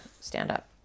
stand-up